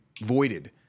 voided